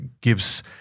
gives